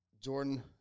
Jordan